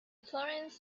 florence